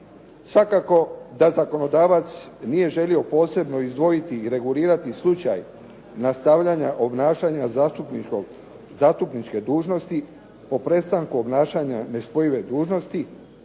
Svakako da zakonodavac nije želio posebno izdvojiti i regulirati slučaj nastavljanja obnašanja zastupničke dužnosti po prestanku obnašanja nespojive dužnosti